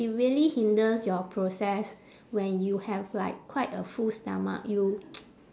it really hinders your process when you have like quite a full stomach you